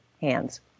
hands